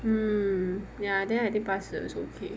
mm ya then I think 八十 is okay